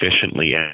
efficiently